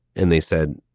and they said,